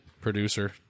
producer